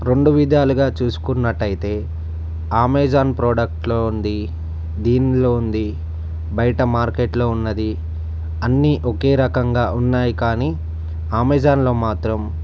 రెండు విధాలుగా చూసుకున్నట్టయితే ఆమెజాన్ ప్రాడక్ట్లో ఉంది దీనిలో ఉంది బయట మార్కెట్లో ఉన్నది అన్నీ ఒకే రకంగా ఉన్నాయి కానీ అమెజాన్లో మాత్రం